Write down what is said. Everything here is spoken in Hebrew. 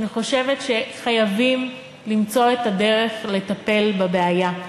אני חושבת שחייבים למצוא את הדרך לטפל בבעיה.